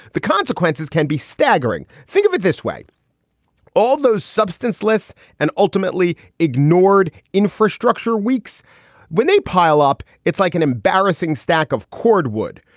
the consequences can be staggering. think of it this way all those substance less and ultimately ignored infrastructure weeks when they pile up. it's like an embarrassing stack of cordwood.